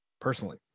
personally